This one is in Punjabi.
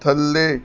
ਥੱਲੇ